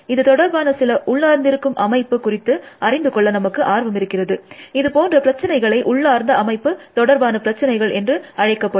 இது தொடர்பான சில உள்ளார்ந்திருக்கும் அமைப்பு குறித்து அறிந்து கொள்ள நமக்கு ஆர்வமிருக்கிறது இது போன்ற பிரச்சசினைகளை உள்ளார்ந்த அமைப்பு தொடர்பான பிரச்சசினைகள் என்று அழைக்கப்படும்